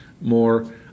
more